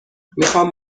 میخوام